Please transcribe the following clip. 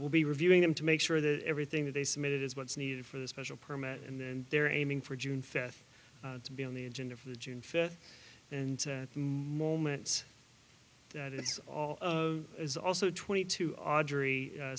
will be reviewing them to make sure that everything that they submitted is what's needed for the special permit and then they're ending for june fifth to be on the agenda for the june fifth and at the moment that it's all is also twenty two adr